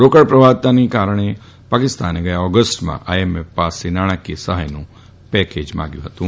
રોકડ પ્રવાહીતાની કટોકટીના કારણે પાકિસ્તાને ગથા ઓગષ્ટમાં આઇએમકે પાસે નાણાકીય સહાથનું પેકેજ માંગ્યું હતું